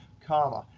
comma.